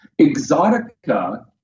Exotica